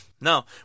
no